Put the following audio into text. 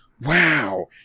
wow